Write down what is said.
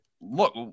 look